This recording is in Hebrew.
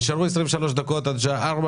נשארו 23 דקות עד השעה 16:00,